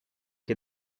che